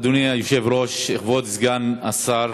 אדוני היושב-ראש, כבוד סגן השר,